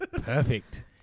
Perfect